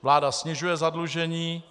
Vláda snižuje zadlužení.